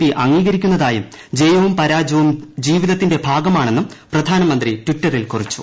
P അംഗീകരിക്കുന്നതായും ജയവും പരാജയവും ജീവിതത്തിന്റെ ഭാഗമാണെന്നും പ്രധാനമന്ത്രി ട്വിറ്ററിൽ കുറിച്ചു